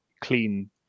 clean